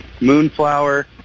Moonflower